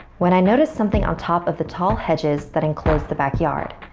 when i noticed something on top of the tall hedges that enclosed the backyard.